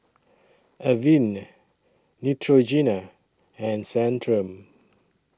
Avene Neutrogena and Centrum